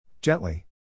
Gently